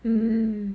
mm